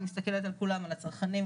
אני מסתכלת על כולם - על הצרכנים,